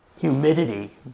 humidity